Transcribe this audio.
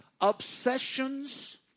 obsessions